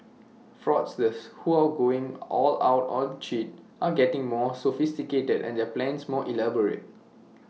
fraudsters who are going all out to cheat are getting more sophisticated and their plans more elaborate